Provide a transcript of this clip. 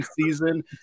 season